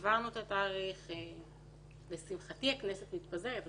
עברנו את התאריך ולשמחתי הכנסת מתפזרת אבל